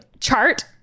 chart